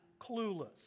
clueless